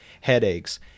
headaches